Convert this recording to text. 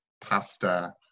pasta